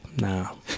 no